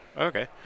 Okay